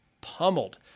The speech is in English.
pummeled